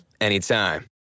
anytime